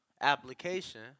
application